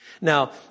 Now